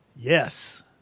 Yes